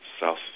South